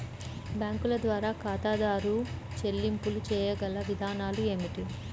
బ్యాంకుల ద్వారా ఖాతాదారు చెల్లింపులు చేయగల విధానాలు ఏమిటి?